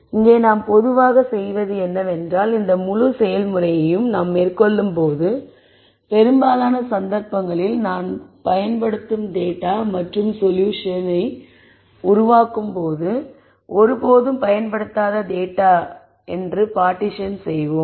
இங்கே நாம் பொதுவாகச் செய்வது என்னவென்றால் இந்த முழு செயல்முறையையும் நாம் மேற்கொள்ளும்போது பெரும்பாலான சந்தர்ப்பங்களில் நாம் பயன்படுத்தும் டேட்டா மற்றும் நாம் சொல்யூஷனை உருவாக்கும் போது ஒருபோதும் பயன்படுத்தப்படாத டேட்டா என்று பார்ட்டிஷன் செய்வோம்